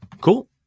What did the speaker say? cool